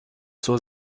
zur